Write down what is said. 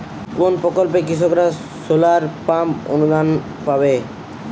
কোন প্রকল্পে কৃষকরা সোলার পাম্প অনুদান পাবে?